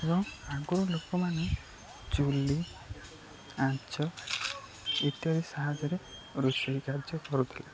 ଏବଂ ଆଗରୁ ଲୋକମାନେ ଚୁଲି ଆଞ୍ଚ ଇତ୍ୟାଦି ସାହାଯ୍ୟରେ ରୋଷେଇ କାର୍ଯ୍ୟ କରୁଥିଲେ